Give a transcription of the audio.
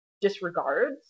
disregards